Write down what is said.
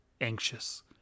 anxious